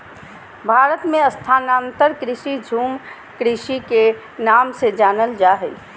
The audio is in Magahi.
भारत मे स्थानांतरण कृषि, झूम कृषि के नाम से जानल जा हय